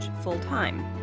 full-time